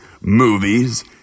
movies